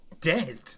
dead